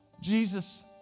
Jesus